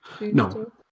No